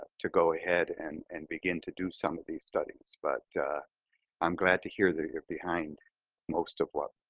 ah to go ahead and and begin to do some of these studies. but i'm glad to hear that you're behind most of what